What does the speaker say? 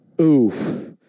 Oof